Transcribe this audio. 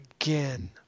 again